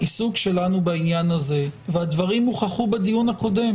העיסוק שלנו בעניין הזה והדברים הוכחו בדיון הקודם